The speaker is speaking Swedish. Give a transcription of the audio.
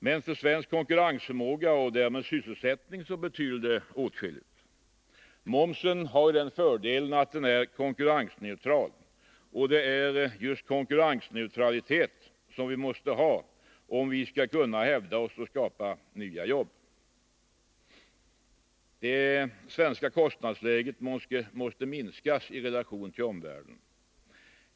Men för svensk konkurrensförmåga och därmed sysselsättning betyder det åtskilligt. Momsen har den fördelen att den är konkurrensneu tral, och det är just konkurrensneutralitet som vi måste ha, om vi skall kunna hävda oss och skapa nya jobb. Det svenska kostnadsläget måste sänkas i relation till omvärlden.